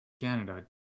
Canada